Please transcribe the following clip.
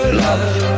love